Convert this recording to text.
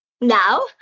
now